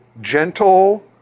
gentle